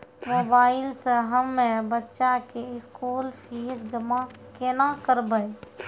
Mobile से हम्मय बच्चा के स्कूल फीस जमा केना करबै?